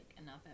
enough